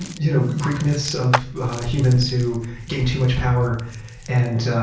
you know greek myths of humans who gain too much power and